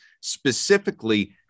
specifically